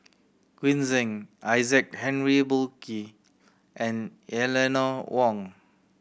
Green Zeng Isaac Henry Burkill and Eleanor Wong